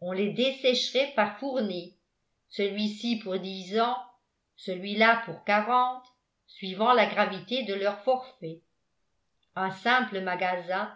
on les dessécherait par fournées celui-ci pour dix ans celui-là pour quarante suivant la gravité de leurs forfaits un simple magasin